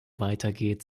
weitergeht